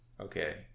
Okay